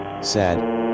Sad